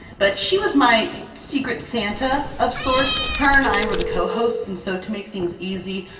but she was my secret santa, of sorts. her and i were the co-hosts and so to make things easy,